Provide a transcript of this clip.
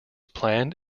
planned